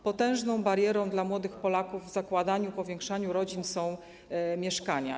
Potężną barierą dla młodych Polaków w zakładaniu, powiększaniu rodzin są mieszkania.